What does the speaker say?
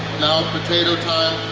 now, potato time.